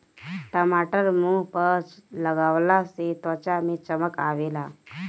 टमाटर मुंह पअ लगवला से त्वचा में चमक आवेला